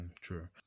True